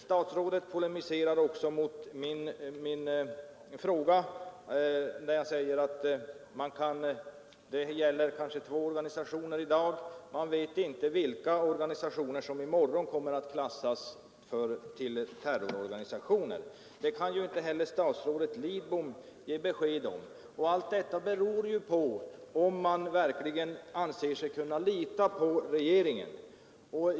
Statsrådet polemiserar också mot mig när jag säger att det gäller kanske två organisationer i dag men att man inte vet vilka organisationer som i morgon kommer att klassas som terroristorganisationer. Det kan ju inte heller statsrådet Lidbom ge besked om. Och allt detta beror ju på om man verkligen anser sig kunna lita på regeringen.